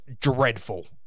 dreadful